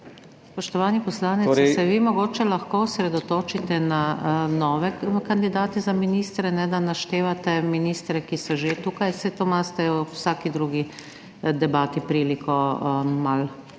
Spoštovani poslanec, se vi mogoče lahko osredotočite na nove kandidate za ministre, ne da naštevate ministre, ki so že tukaj. Saj to imate ob vsaki drugi debati priliko malo